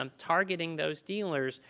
um targeting those dealers,